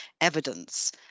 evidence